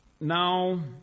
Now